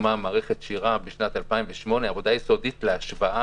שהוקמה מערכת שיר"ה בשנת 2008 נעשתה עבודה יסודית להשוואה